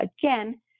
again